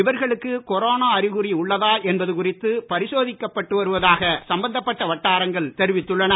இவர்களுக்கு கொரோனோ அறிகுறி உள்ளதா என்பது குறித்து பரிசோதிக்கப்படுவதாக சம்பந்தப்பட்ட வட்டாரங்கள் தெரிவித்துள்ளன